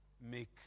make